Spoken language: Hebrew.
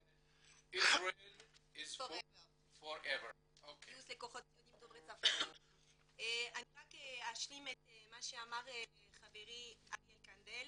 מ-ISRAEL FOR EVER. אני רק אשלים את מה שאמר חברי אריאל קנדל